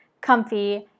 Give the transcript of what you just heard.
comfy